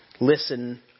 Listen